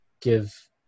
give